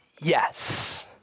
Yes